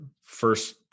first